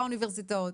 באוניברסיטאות.